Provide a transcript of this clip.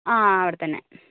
ആ അവിടെത്തന്നെ